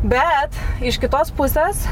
bet iš kitos pusės